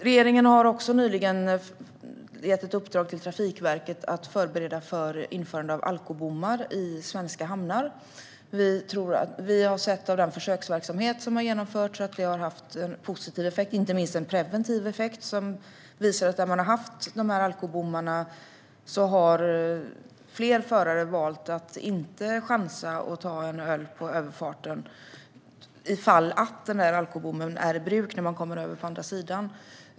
Regeringen har också nyligen gett Trafikverket i uppdrag att förbereda för införandet av alkobommar i svenska hamnar. Av den försöksverksamhet som har genomförts har vi sett att alkobommar har en positiv, och inte minst en preventiv, effekt. När man har haft alkobommar är det fler förare som har valt att inte chansa och ta en öl på överfarten ifall att alkobommen är i bruk när man kommer över på andra sidan.